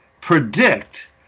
predict